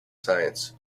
science